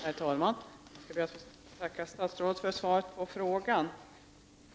Herr talman! Jag ber att få tacka statsrådet för svaret på frågan.